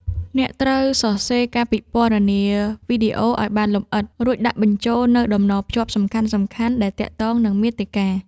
អ្នកត្រូវសរសេរការពិពណ៌នាវីដេអូ ឱ្យបានលម្អិត និងដាក់បញ្ចូលនូវតំណភ្ជាប់សំខាន់ៗដែលទាក់ទងនឹងមាតិកា។